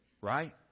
Right